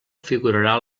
figurarà